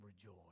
rejoice